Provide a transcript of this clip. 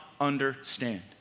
understand